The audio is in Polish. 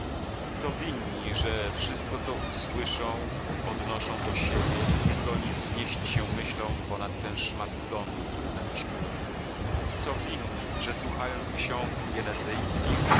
co winni że wszystko co słyszą odnoszą do siebie niezdolni wznieść się myślą ponad ten szmat lądu który zamieszkują co winni że słuchając ksiąg